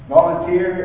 Volunteer